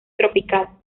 tropical